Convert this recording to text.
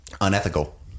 unethical